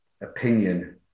opinion